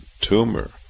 tumor